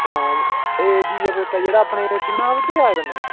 हां एह् जीआ पोता जेह्ड़ा अपने चनाब दरेआ कन्नै